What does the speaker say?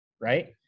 Right